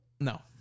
No